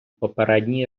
попередній